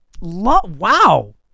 wow